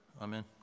Amen